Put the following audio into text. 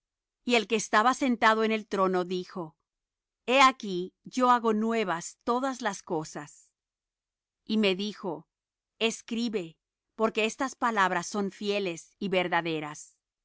y el que estaba sentado en el trono dijo he aquí yo hago nuevas todas las cosas y me dijo escribe porque estas palabras son fieles y verdaderas